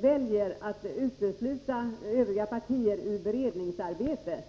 väljer att utesluta övriga partier ur utredningsarbetet.